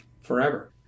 forever